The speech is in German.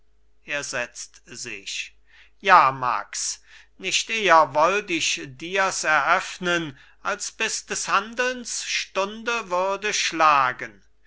er setzt sich ja max nicht eher wollt ich dirs eröffnen als bis des handelns stunde würde schlagen